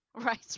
right